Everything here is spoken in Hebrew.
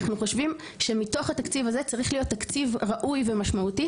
אנחנו חושבים שמתוך התקציב הזה צריך להיות תקציב ראוי ומשמעותי